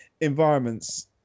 environments